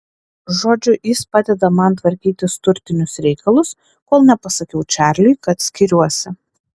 žodžiu jis padeda man tvarkytis turtinius reikalus kol nepasakiau čarliui kad skiriuosi